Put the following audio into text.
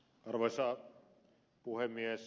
arvoisa puhemies